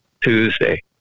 Tuesday